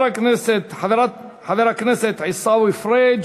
חבר הכנסת עיסאווי פריג'